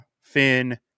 Finn